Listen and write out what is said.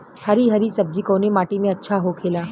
हरी हरी सब्जी कवने माटी में अच्छा होखेला?